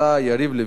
יריב לוין,